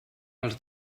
als